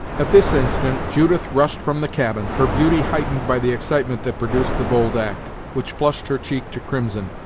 at this instant judith rushed from the cabin, her beauty heightened by the excitement that produced the bold act, which flushed her cheek to crimson,